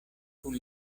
kun